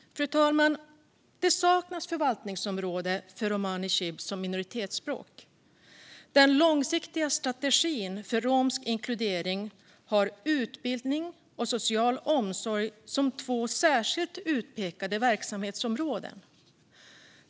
Fru talman! Det saknas förvaltningsområde för romani chib som minoritetsspråk. Den långsiktiga strategin för romsk inkludering har utbildning och social omsorg som två särskilt utpekade verksamhetsområden.